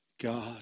God